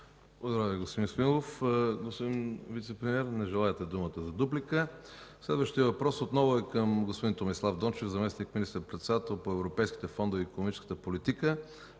Ви, господин Исмаилов. Господин Вицепремиер? Не желаете думата за дуплика. Следващият въпрос отново е към господин Томислав Дончев – заместник министър-председател по европейските фондове и икономическата политика.